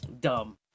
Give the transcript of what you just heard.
Dumb